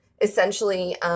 essentially